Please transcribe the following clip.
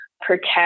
protect